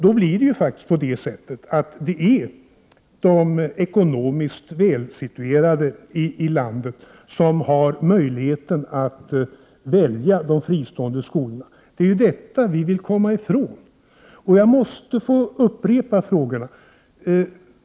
Då blir det faktiskt så att det är de ekonomiskt välsituerade i landet som har möjligheten att välja de fristående skolorna. Det är ju detta vi vill komma ifrån. Jag måste få upprepa frågorna.